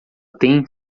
tem